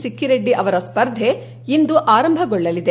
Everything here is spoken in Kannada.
ಸ್ಕಿರೆಡ್ಡಿ ಅವರ ಸ್ಪರ್ಧೆ ಇಂದು ಆರಂಭಗೊಳ್ದಲಿದೆ